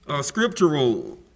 Scriptural